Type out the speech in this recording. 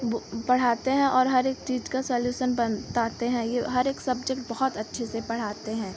वह पढ़ाते हैं और हर एक चीज़ का सॉल्यूशन बताते हैं यह हर एक सब्जेक्ट बहुत अच्छे से पढ़ाते हैं